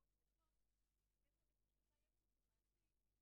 נציגת משרד המשפטים,